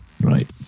right